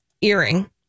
earring